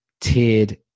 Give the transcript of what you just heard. tiered